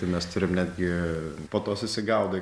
ir mes turim netgi po to susigaudai